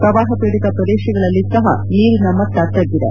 ಪ್ರವಾಹಪೀಡಿತ ಪ್ರದೇಶಗಳಲ್ಲಿ ಸಹ ನೀರಿನ ಮಟ್ವ ತಗ್ಗಿದೆ